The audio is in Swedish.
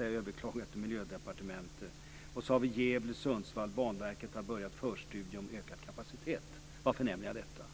är överklagad till Miljödepartementet. Varför nämner jag detta?